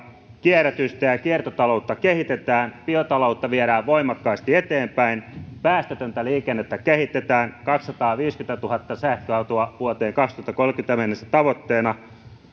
kierrätystä ja kiertotaloutta kehitetään biotaloutta viedään voimakkaasti eteenpäin päästötöntä liikennettä kehitetään tavoitteena kaksisataaviisikymmentätuhatta sähköautoa vuoteen kaksituhattakolmekymmentä mennessä